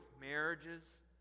marriages